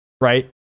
right